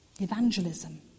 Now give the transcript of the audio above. evangelism